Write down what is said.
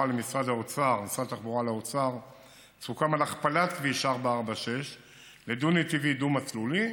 לאוצר סוכם על הכפלת כביש 446 לדו-נתיבי דו-מסלולי.